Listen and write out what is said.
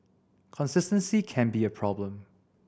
consistency can be a problem